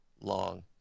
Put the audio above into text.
long